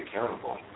accountable